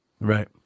Right